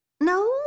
No